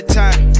time